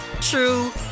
true